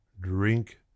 Drink